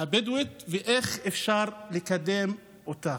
הבדואית ואיך אפשר לקדם אותה.